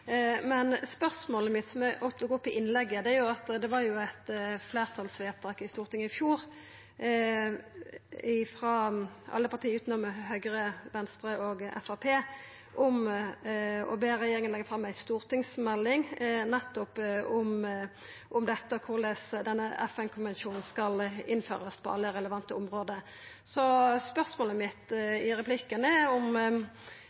men det var jo eit fleirtalsvedtak i fjor, med støtte frå alle parti bortsett frå Høgre, Framstegspartiet og Venstre, om å be regjeringa leggja fram ei stortingsmelding om nettopp korleis denne FN-konvensjonen skal innførast på alle relevante område. Spørsmålet mitt i replikken er om